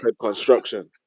construction